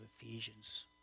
Ephesians